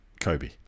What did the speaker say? Kobe